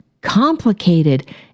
complicated